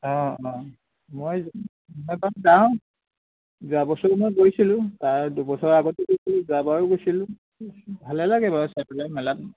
অঁ অঁ মই মই এপাক যাওঁ যোৱা বছৰো গৈছিলোঁ তাৰ দুবছৰ আগতো গৈছিলোঁ যোৱাবাৰো গৈছিলোঁ ভালে লাগে বাৰু চাই পেলাই মেলাটো